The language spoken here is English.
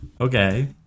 Okay